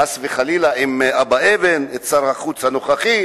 חס וחלילה עם אבא אבן, את שר החוץ הנוכחי,